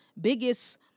biggest